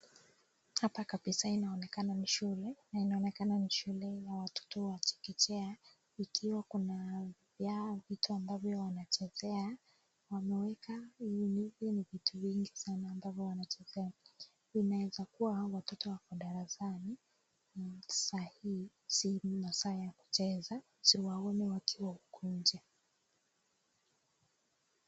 Hapa kabisa inaonekana ni shule Kuna watoto wa chekechea utiwa kuna Yao vitu ambavyo wanachezea wamewka hi vitu ni vitu mingi sana ambavyo wanacheza inaeza kuwa hawa watoto wako darasani saa hii zi masaai ya kuchezea siwaoni wakiwa kiwanja.